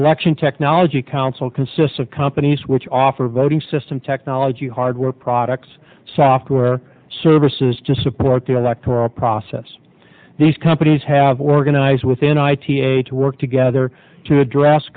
election technology council consists of companies which offer voting system technology hardware products software services to support the electoral process these companies have organized within ita to work together to address